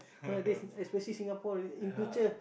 nowadays especially Singapore already in future